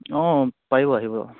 অঁ পাৰিব আহিব